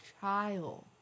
child